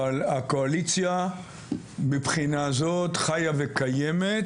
הקואליציה מהבחינה הזאת חיה וקיימת.